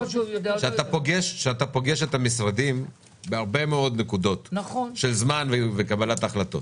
אתה פוגש את המשרדים בהרבה מאוד נקודות של זמן וקבלת החלטות.